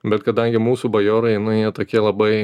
bet kadangi mūsų bajorai nu jie tokie labai